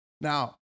Now